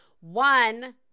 One